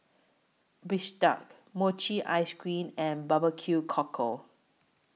Bistake Mochi Ice Cream and Barbecue Cockle